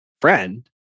friend